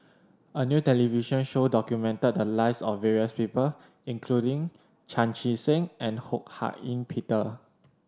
a new television show documented the lives of various people including Chan Chee Seng and Ho Hak Ean Peter